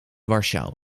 warschau